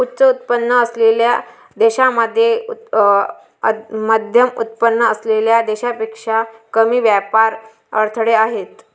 उच्च उत्पन्न असलेल्या देशांमध्ये मध्यमउत्पन्न असलेल्या देशांपेक्षा कमी व्यापार अडथळे आहेत